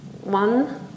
one